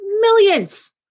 millions